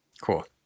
Cool